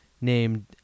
named